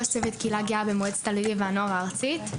ראש צוות קהילה גאה במועצת התלמידים והנוער הארצית.